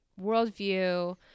worldview